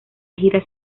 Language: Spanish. gira